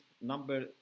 number